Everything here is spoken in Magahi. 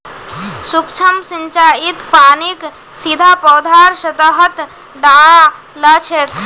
सूक्ष्म सिंचाईत पानीक सीधा पौधार सतहत डा ल छेक